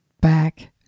back